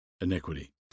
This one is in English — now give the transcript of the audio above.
iniquity